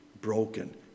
broken